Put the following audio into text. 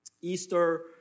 Easter